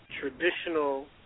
traditional